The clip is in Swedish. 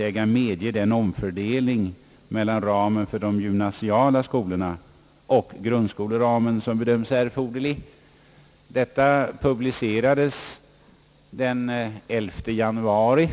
äga medge den omfördelning mellan ramen för de gymnasiala skolorna och grundskoleramen som bedömes erforderlig». Detta publicerades den 11 januari.